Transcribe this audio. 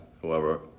whoever